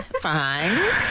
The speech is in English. Fine